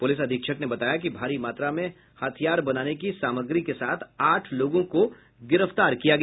police अधीक्षक ने बताया कि भारी मात्रा में हथियार बनाने के सामग्री के साथ आठ लोगों को गिरफ्तार किया गया